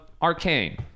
arcane